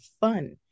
fun